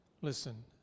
Listen